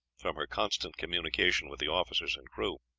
from her constant communication with the officers and crew.